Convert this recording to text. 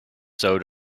sewed